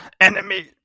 enemy